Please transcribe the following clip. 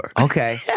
Okay